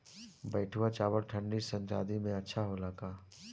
बैठुआ चावल ठंडी सह्याद्री में अच्छा होला का?